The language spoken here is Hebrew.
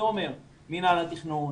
זה אומר מנהל התכנון,